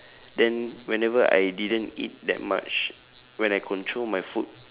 then whenever I didn't eat that much when I control my food